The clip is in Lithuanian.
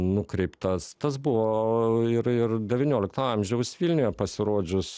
nukreiptas tas buvo ir ir devyniolikto amžiaus vilniuje pasirodžius